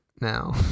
now